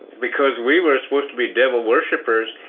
because we were supposed to be devil worshippers,